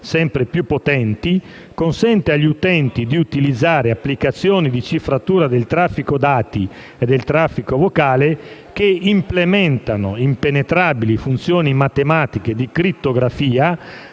sempre più potenti consente agli utenti di utilizzare applicazioni di cifratura del traffico dati e vocale che implementano impenetrabili funzioni matematiche di crittografia,